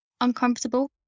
uncomfortable